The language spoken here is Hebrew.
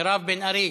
מירב בן ארי,